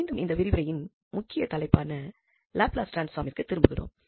மீண்டும் இந்த விரிவுரையின் முக்கிய தலைப்பான லாப்லஸ் டிரான்ஸ்பாமிற்கு திரும்புகிறோம்